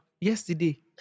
Yesterday